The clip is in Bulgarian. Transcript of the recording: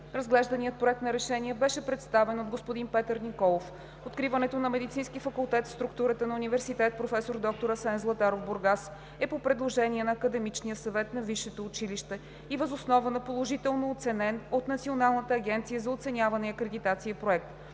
Разглежданият Проект на решение беше представен от господин Петър Николов. Откриването на Медицински факултет в структурата на Университет „Проф. д-р Асен Златаров“ – Бургас, е по предложение на Академичния съвет на висшето училище и въз основа на положително оценен от Националната агенция за оценяване и акредитация проект.